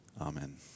Amen